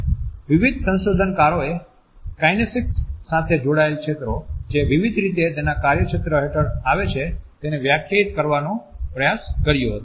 વિવિઘ સંશોધનકરોએ કાઇનેસિક્સ સાથે જોડાયેલા ક્ષેત્રો જે વિવિધ રીતે તેના કાર્યક્ષેત્ર હેઠળ આવે છે તેને વ્યાખ્યાયિત કરવાનો પ્રયાસ કર્યો હતો